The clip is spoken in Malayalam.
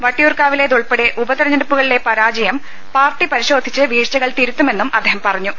വട്ടിയൂർക്കാവിലേതുൾപ്പെടെ ഉപതെരഞ്ഞെടുപ്പൂകളിലെ പരാ ജയം പാർട്ടി പരിശോധിച്ച് വീഴ്ചകൾ തിരുത്തുമെന്നും അദ്ദേഹം പറഞ്ഞു